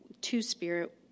two-spirit